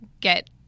get